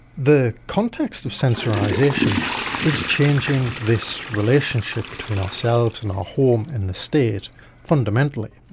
the context of sensorisation is changing this relationship between ourselves and our home and the state fundamentally,